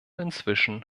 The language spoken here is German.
inzwischen